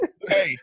Hey